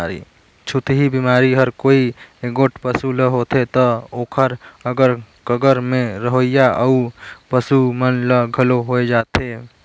छूतही बेमारी हर कोई एगोट पसू ल होथे त ओखर अगर कगर में रहोइया अउ पसू मन ल घलो होय जाथे